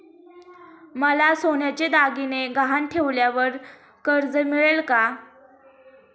मला सोन्याचे दागिने गहाण ठेवल्यावर कर्ज मिळेल का?